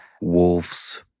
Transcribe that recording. Wolves